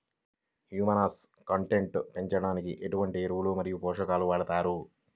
Humus content పెంచడానికి ఎటువంటి ఎరువులు మరియు పోషకాలను వాడతారు?